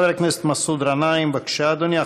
חבר הכנסת מסעוד גנאים, בבקשה, אדוני.